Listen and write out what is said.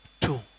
two